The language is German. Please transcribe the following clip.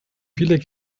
viele